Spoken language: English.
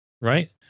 Right